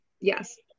Yes